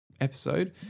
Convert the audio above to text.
episode